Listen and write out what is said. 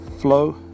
flow